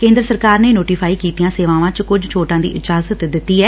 ਕੇਦਰ ਸਰਕਾਰ ਨੇ ਨੋਟੀਫਾਈ ਕੀਤੀਆਂ ਸੇਵਾਵਾਂ ਚ ਕੁਝ ਛੋਟਾ ਦੀ ਇਜਾਜ਼ਤ ਦਿੱਤੀ ਐ